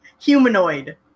humanoid